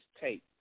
tape